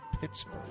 Pittsburgh